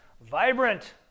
Vibrant